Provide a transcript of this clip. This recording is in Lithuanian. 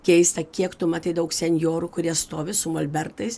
keista kiek tu matai daug senjorų kurie stovi su molbertais